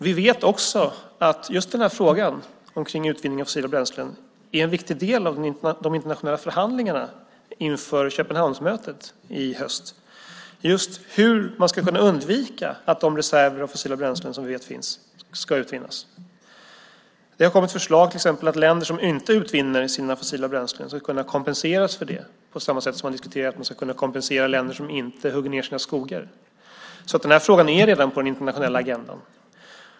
Vi vet också att frågan om utvinning av fossila bränslen är en viktig del av de internationella förhandlingarna inför Köpenhamnsmötet i höst. Det handlar om hur vi ska kunna undvika att se reserver av fossila bränslen som vi vet finns utvinnas. Det har kommit förslag till exempel att länder som inte utvinner sina fossila bränslen ska kunna kompenseras för det, på samma sätt som man har diskuterat hur man ska kompensera de länder som inte hugger ned sina skogar. Den här frågan är redan på den internationella agendan.